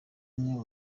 umwe